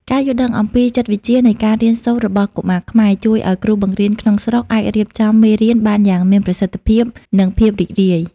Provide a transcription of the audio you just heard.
ការយល់ដឹងអំពីចិត្តវិទ្យានៃការរៀនសូត្ររបស់កុមារខ្មែរ ជួយឱ្យគ្រូបង្រៀនក្នុងស្រុកអាចរៀបចំមេរៀនបានយ៉ាងមានប្រសិទ្ធភាព និងភាពរីករាយ។